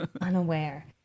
Unaware